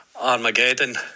Armageddon